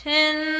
Ten